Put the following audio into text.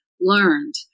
learned